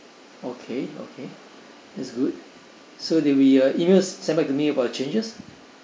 okay okay that's good so there'll be uh email sent back to me about the changes